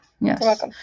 Yes